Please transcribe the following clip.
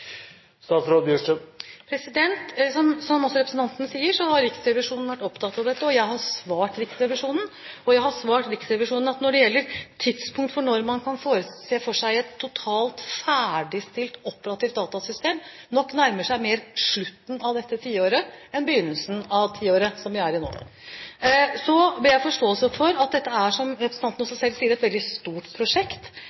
Som også representanten sier, har Riksrevisjonen vært opptatt av dette. Jeg har svart Riksrevisjonen, og jeg har svart Riksrevisjonen at tidspunktet for når man kan se for seg et totalt ferdigstilt operativt datasystem, nok mer vil nærme seg slutten av dette tiåret enn begynnelsen av tiåret, som vi er i nå. Så ber jeg om forståelse for at dette er, som representanten